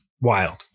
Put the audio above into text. Wild